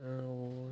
ଆଉ